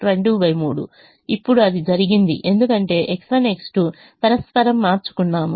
ఇప్పుడు అది జరిగింది ఎందుకంటే X1 X2 పరస్పరం మార్చుకున్నాము